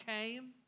came